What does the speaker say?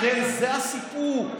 לכן, זה הסיפור.